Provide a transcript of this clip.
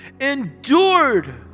endured